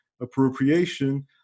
appropriation